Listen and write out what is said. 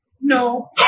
No